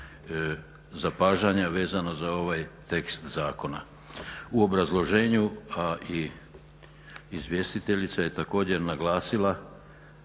zapažanja vezano za ovaj tekst zakona. U obrazloženju a i izvjestiteljica je također naglasila